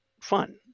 fun